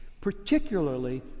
particularly